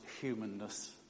humanness